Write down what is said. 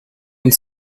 und